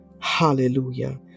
Hallelujah